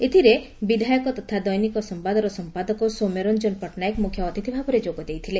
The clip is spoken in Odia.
ଏଥିରେ ବିଧାୟକ ତଥା ଦୈନିକ ସମ୍ଘାଦର ସମ୍ପାଦକ ସୌମ୍ୟରଞ୍ଚନ ପଟ୍ଟନାୟକ ମୁଖ୍ୟ ଅତିଥିଭାବେ ଯୋଗଦେଇଥିଲେ